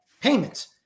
payments